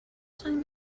time